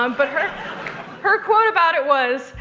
um but her her quote about it was,